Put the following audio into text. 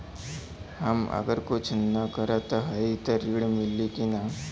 हम अगर कुछ न करत हई त ऋण मिली कि ना?